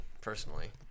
personally